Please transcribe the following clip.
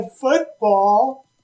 football